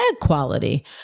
quality